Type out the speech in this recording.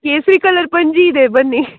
ಕೇಸರಿ ಕಲರ್ ಪಂಚೆ ಇದೆ ಬನ್ನಿ